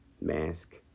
Mask